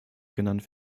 genannt